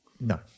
No